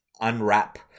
unwrap